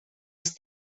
els